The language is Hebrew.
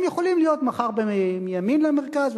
הם יכולים להיות מחר מימין למרכז,